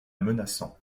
menaçant